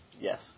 Yes